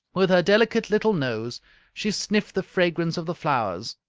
with her delicate little nose she sniffed the fragrance of the flowers.